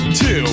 Two